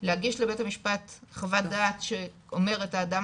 להגיש לבית המשפט חוות דעת שאומרת האדם